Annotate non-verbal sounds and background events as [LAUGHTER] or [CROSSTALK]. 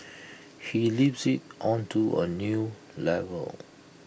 [NOISE] he lifts IT onto A new level